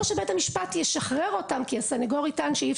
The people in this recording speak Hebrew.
או שבית המשפט ישחרר אותם כי הסנגור יטען שאי